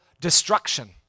destruction